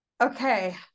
Okay